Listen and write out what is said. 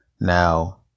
Now